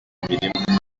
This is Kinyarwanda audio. amapera